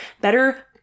better